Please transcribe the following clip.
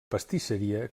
pastisseria